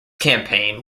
campaign